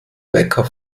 bäcker